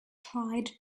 tried